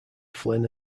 flynn